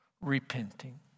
repenting